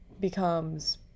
becomes